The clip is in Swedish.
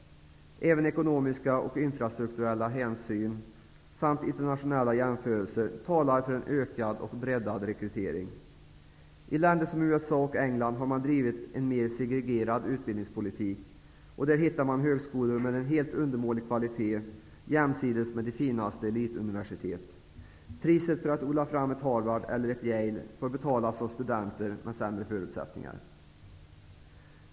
Även ekonomiska och infrastrukturella hänsyn, samt internationella jämförelser, talar för en ökad och breddad rekrytering. I länder som USA och England har man drivit en mer segregerad utbildningspolitik, och där finner man högskolor med en helt undermålig kvalitet jämsides med de finaste elituniversitet. Priset för att odla fram ett Harvard eller ett Yale får betalas av studenter med sämre förutsättningar.